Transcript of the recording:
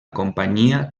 companyia